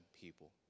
people